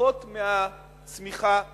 פחות מהצמיחה במשק.